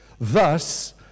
Thus